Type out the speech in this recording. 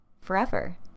forever